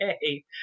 hey